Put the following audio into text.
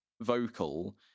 vocal